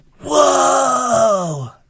Whoa